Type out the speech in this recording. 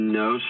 no